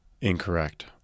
incorrect